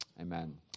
Amen